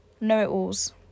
Know-it-alls